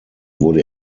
wurde